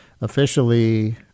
Officially